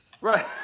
Right